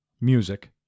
Music